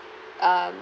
um